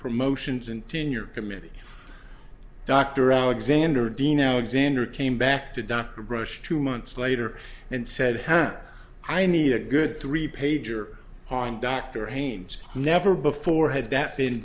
promotions and tenure committee dr alexander deno xander came back to dr rush two months later and said hat i need a good three pager on dr haines never before had that been